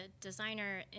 designer